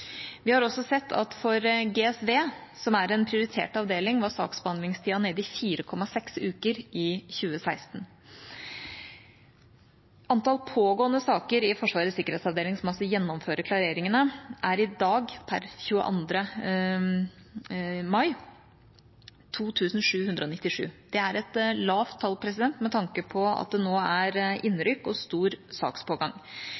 Vi har også sett at for GSV, som er en prioritert avdeling, var saksbehandlingstida nede i 4,6 uker i 2016. Antall pågående saker i Forsvarets sikkerhetsavdeling, som altså gjennomfører klareringene, er i dag, per 22. mai, 2 797. Det er et lavt tall med tanke på at det nå er